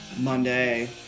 Monday